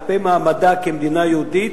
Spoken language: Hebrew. כלפי מעמדה כמדינה יהודית,